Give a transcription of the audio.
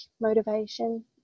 motivation